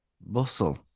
Bustle